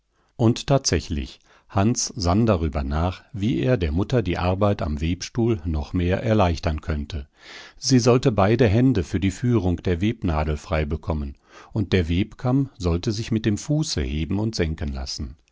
und tatsächlich hans sann darüber nach wie er der mutter die arbeit am webstuhl noch mehr erleichtern könnte sie sollte beide hände für die führung der webnadel freibekommen und der webkamm sollte sich mit dem fuße heben und senken lassen